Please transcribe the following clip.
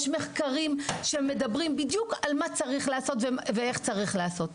יש מחקרים שמדברים על מה צריך לעשות ואיך צריך לעשות.